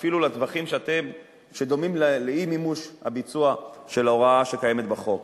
אפילו לטווחים שדומים לאי-מימוש הביצוע של ההוראה שקיימת בחוק,